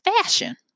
fashion